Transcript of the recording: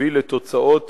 הביא תוצאות